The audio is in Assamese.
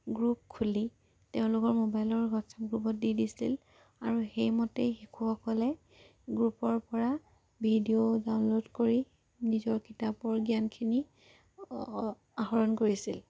গ্ৰুপ খুলি তেওঁলোকৰ মোবাইলৰ হোৱাটছআপ গ্ৰুপত দি দিছিল আৰু সেইমতেই শিশুসকলে গ্ৰুপৰ পৰা ভিডিঅ' ডাউনলোড কৰি নিজৰ কিতাপৰ জ্ঞানখিনি আহৰণ কৰিছিল